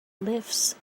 lifts